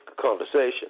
conversation